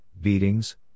beatings